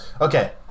Okay